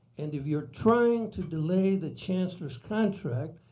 and if you're trying to delay the chancellor's contract,